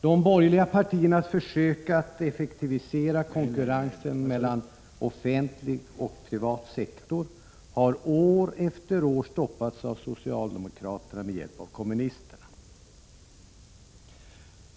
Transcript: De borgerliga partiernas försök att effektivisera konkurrensen mellan offentlig och privat sektor har år efter år stoppats av socialdemokraterna med hjälp av kommunisterna.